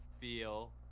feel